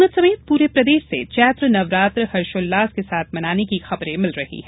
नीमच समेत पूरे प्रदेश से चैत्र नवरात्र हर्षोल्लास के साथ मनाने की खबरे मिल रही हैं